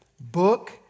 Book